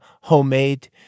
homemade